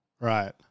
Right